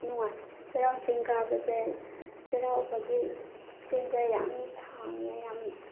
ꯅꯨꯡꯉꯥꯏ ꯆꯩꯔꯥꯎ ꯆꯤꯡ ꯀꯥꯕꯁꯦ ꯆꯩꯔꯥꯎꯕꯒꯤ ꯆꯤꯡꯁꯦ ꯌꯥꯝ ꯁꯥꯡꯉꯦ ꯌꯥꯝ